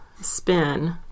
spin